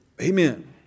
Amen